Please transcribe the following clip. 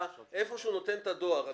איפה שהוא נותן את הדואר האלקטרוני,